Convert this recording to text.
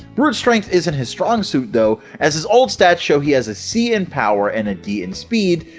brute strength isn't his strong suit though, as his old stats show he has a c in power, and a d in speed,